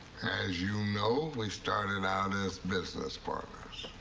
as you know, we started out as business partners,